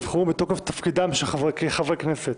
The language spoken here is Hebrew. נבחרו מתוקף תפקידם כחברי כנסת.